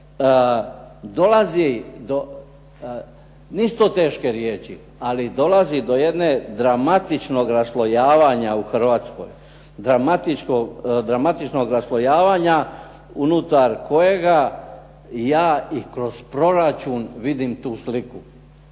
dolazi do jednog dramatičnog raslojavanja u Hrvatskoj, dramatičnoj raslojavanja unutar kojega ja i kroz proračun vidim tu sliku.